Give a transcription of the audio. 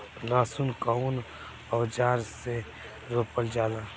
लहसुन कउन औजार से रोपल जाला?